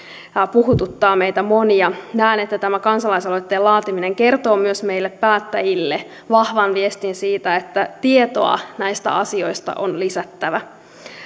puhututtaa meitä monia näen että tämä kansalaisaloitteen laatiminen kertoo myös meille päättäjille vahvan viestin siitä että tietoa näistä asioista on lisättävä